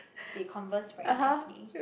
they converse very nicely